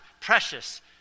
precious